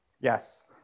Yes